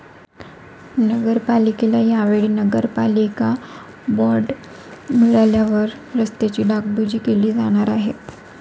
नगरपालिकेला या वेळी नगरपालिका बॉंड मिळाल्यावर रस्त्यांची डागडुजी केली जाणार आहे